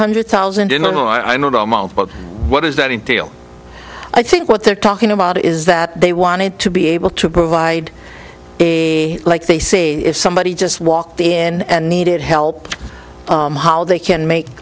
hundred thousand in oh i know the amount but what does that entail i think what they're talking about is that they wanted to be able to provide a like they say if somebody just walked in and needed help they can make